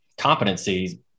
competencies